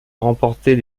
remporter